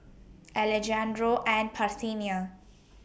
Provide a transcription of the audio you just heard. Alejandro and Parthenia